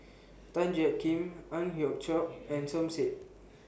Tan Jiak Kim Ang Hiong Chiok and Som Said